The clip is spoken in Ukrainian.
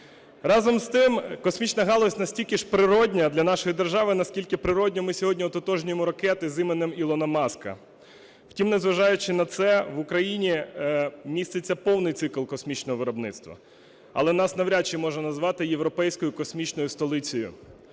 Разом з тим, космічна галузь настільки ж природна для нашої держави, наскільки природно ми сьогодні ототожнюємо ракети з іменем Ілона Маска. Втім, незважаючи на це, в Україні міститься повний цикл космічного виробництва. Але нас навряд чи можна назвати європейською космічною столицею.